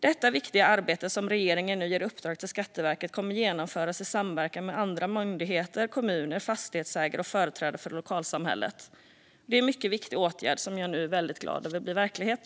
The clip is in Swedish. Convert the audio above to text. Detta viktiga arbete som regeringen nu ger Skatteverket i uppdrag kommer att genomföras i samverkan med andra myndigheter, kommuner och fastighetsägare samt företrädare för lokalsamhället. Det är en mycket viktig åtgärd, och jag är väldigt glad över att den nu blir verklighet.